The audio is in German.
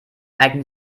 eignen